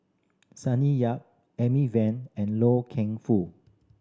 Sonny Yap Amy Van and Loy Keng Foo